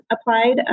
applied